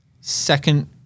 Second